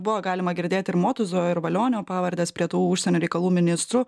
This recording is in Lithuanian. buvo galima girdėti ir motuzo ir valionio pavardes prie tų užsienio reikalų ministrų